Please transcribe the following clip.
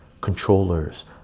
controllers